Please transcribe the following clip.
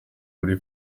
buri